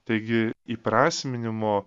taigi įprasminimo